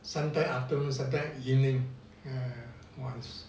sometime afternoon sometime evening err once